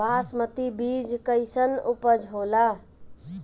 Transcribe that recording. बासमती बीज कईसन उपज होला?